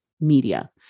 media